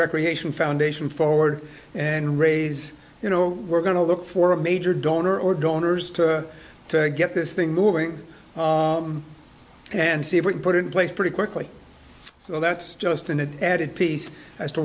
recreation foundation forward and raise you know we're going to look for a major donor or donors to get this thing moving and see if we can put in place pretty quickly so that's just an added piece as to